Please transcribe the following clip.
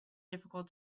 difficult